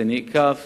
זה לא נאכף